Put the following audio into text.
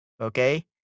Okay